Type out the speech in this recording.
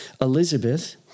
Elizabeth